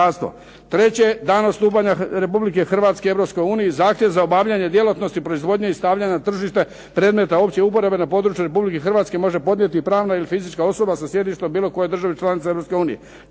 Treće, danom stupanja Republike Hrvatske Europskoj uniji zahtjev za obavljanje djelatnosti proizvodnje i stavljanja na tržište predmeta opće uporabe na području Republike Hrvatske može podnijeti pravna ili fizička osoba sa sjedištem u bilo kojoj državi članici